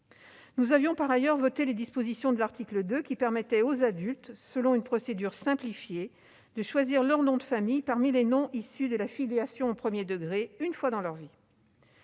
Nous avions par ailleurs voté les dispositions de l'article 2 qui permettaient aux adultes, selon une procédure simplifiée, de choisir leur nom de famille parmi les noms issus de la filiation au premier degré, une fois dans leur vie.